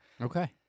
Okay